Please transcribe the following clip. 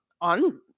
on